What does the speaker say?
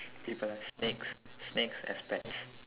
people have snakes snakes as pets